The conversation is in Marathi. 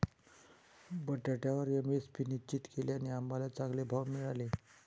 बटाट्यावर एम.एस.पी निश्चित केल्याने आम्हाला चांगले भाव मिळाले